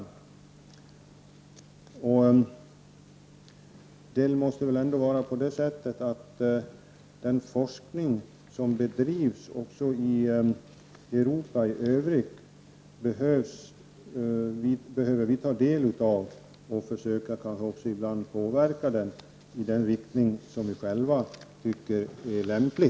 Det är väl ändå så, att vi också behöver ta del av den forskning som bedrivs i Europa. Ibland måste vi kanske också försöka påverka denna forskning i den riktning som vi själva tycker är lämplig.